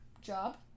job